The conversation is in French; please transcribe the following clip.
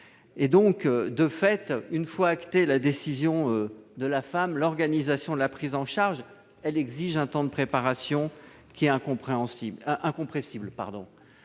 couples. De fait, une fois actée la décision de la femme, l'organisation de la prise en charge exige un temps de préparation incompressible.